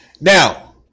Now